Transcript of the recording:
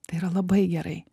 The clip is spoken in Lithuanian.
tai yra labai gerai